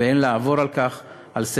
ואין לעבור על כך לסדר-היום,